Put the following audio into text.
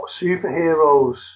superheroes